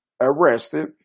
arrested